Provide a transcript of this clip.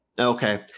Okay